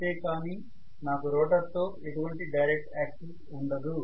అంతే కానీ నాకు రోటర్ తో ఎటువంటి డైరెక్ట్ యాక్సిస్ ఉండదు